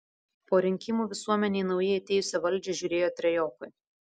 po rinkimų visuomenė į naujai atėjusią valdžią žiūrėjo trejopai